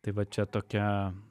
tai va čia tokia